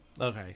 okay